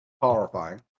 Horrifying